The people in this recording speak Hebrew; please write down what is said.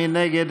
מי נגד?